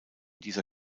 dieser